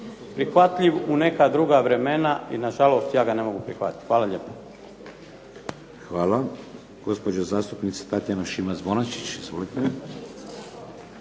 prihvatljiv u neka druga vremena i nažalost ja ga ne mogu prihvatit. Hvala lijepo. **Šeks, Vladimir (HDZ)** Hvala. Gospođa zastupnica Tatjana Šimac-Bonačić. Izvolite.